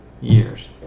years